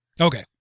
Okay